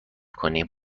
کنیم